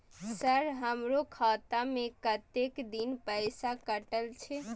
Sir हमारो खाता में कतेक दिन पैसा कटल छे?